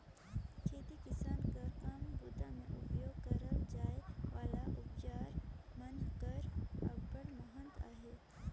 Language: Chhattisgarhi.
खेती किसानी कर काम बूता मे उपियोग करल जाए वाला अउजार मन कर अब्बड़ महत अहे